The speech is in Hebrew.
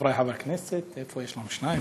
חברי חברי הכנסת, יש שניים,